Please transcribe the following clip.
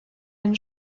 den